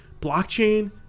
blockchain